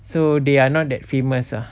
so they are not that famous lah